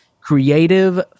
creative